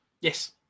Yes